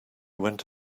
went